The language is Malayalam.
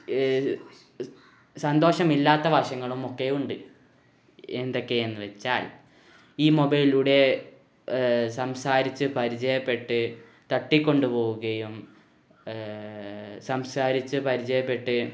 സന്തോഷമില്ലാത്ത വശങ്ങളും ഒക്കെയുണ്ട് എന്തക്കെയെന്നു വെച്ചാൽ ഈ മൊബൈലിലൂടെ സംസാരിച്ച് പരിചയപ്പെട്ട് തട്ടി കൊണ്ട് പോകുകയും സംസാരിച്ച് പരിചയപ്പെട്ട്